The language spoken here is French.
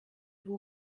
vous